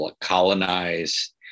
colonized